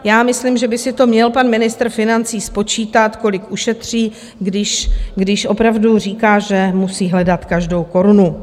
Já myslím, že by si to měl pan ministr financí spočítat, kolik ušetří, když opravdu říká, že musí hledat každou korunu.